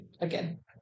again